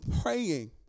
praying